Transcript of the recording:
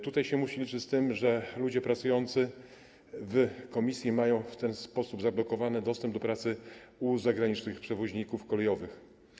Tutaj musimy liczyć się z tym, że ludzie pracujący w komisji mają w ten sposób zablokowany dostęp do pracy u zagranicznych przewoźników kolejowych.